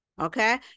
okay